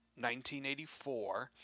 1984